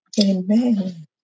Amen